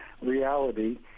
reality